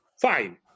fine